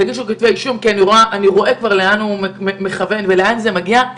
תגישו כתבי אישום כי אני רואה כבר לאן הוא מכוון ולאן זה מגיע,